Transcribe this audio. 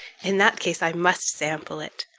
in that case i must sample it,